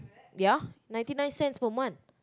ya ninety nine cents for month